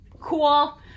Cool